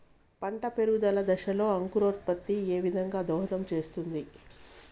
పంట పెరుగుదల దశలో అంకురోత్ఫత్తి ఏ విధంగా దోహదం చేస్తుంది?